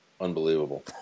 Unbelievable